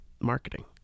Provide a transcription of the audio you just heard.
marketing